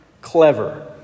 clever